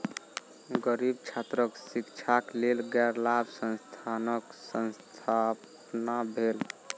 गरीब छात्रक शिक्षाक लेल गैर लाभ संस्थानक स्थापना भेल